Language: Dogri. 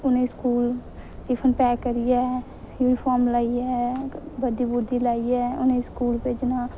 उ'नेंगी स्कूल टिफिन पैक करियै यूनिफार्म लाइयै वर्दी लाइयै उ'नेंगी नेईं स्कूल भेजना